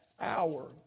hour